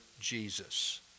Jesus